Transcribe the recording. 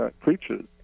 creatures